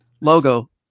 logo